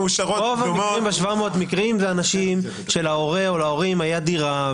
ה-700 זה אנשים שלהוריהם הייתה דירה,